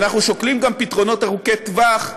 שנית, אנחנו שוקלים פתרונות ארוכי טווח,